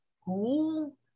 school